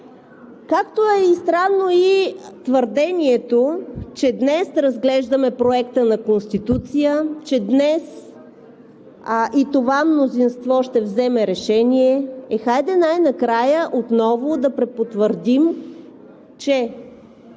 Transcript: Както е странно и твърдението, че днес разглеждаме Проекта на Конституция, че днес и това мнозинство ще вземе решение. Е, хайде най-накрая отново да препотвърдим, че